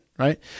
Right